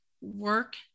work